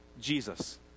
Jesus